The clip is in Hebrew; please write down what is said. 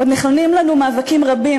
עוד נכונים לנו מאבקים רבים,